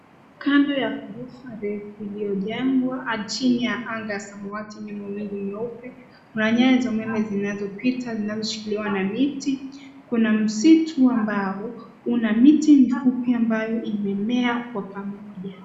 Kando ya ghorofa refu iliyojengwa chini ya anga ya samawati yenye mawingu meupe. Kuna nyaya za umeme zinazopita, zinazoshikiliwa na miti. Kuna msitu ambao una miti mifupi ambayo imemea kwa pamoja.